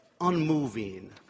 unmoving